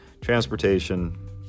Transportation